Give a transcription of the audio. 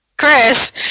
Chris